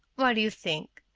what do you think?